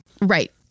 Right